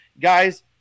Guys